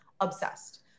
obsessed